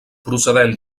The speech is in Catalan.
procedent